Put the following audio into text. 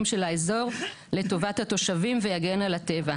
של האזור לטובת התושבים ויגן על הטבע.